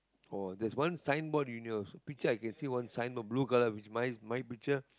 or there's one sign board unit also picture I can see one sign board blue colour which mine's my picture